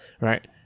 right